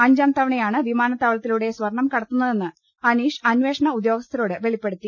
അഞ്ചാം തവണയാണ് വിമാനത്താവളത്തിലൂടെ സ്വർണം കടത്തുന്നതെന്ന് അനീഷ് അന്വേഷണ ഉദ്യോഗസ്ഥരോട് വെളിപ്പെടുത്തി